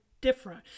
different